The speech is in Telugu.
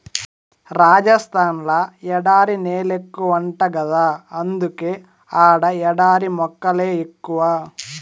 రాజస్థాన్ ల ఎడారి నేలెక్కువంట గదా అందుకే ఆడ ఎడారి మొక్కలే ఎక్కువ